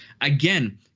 Again